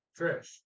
Trish